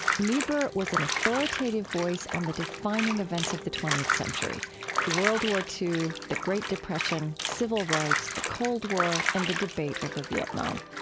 niebuhr was an authoritative voice on the defining events of the twentieth century world war ii, the great depression, civil rights, the cold war, and the debate over vietnam.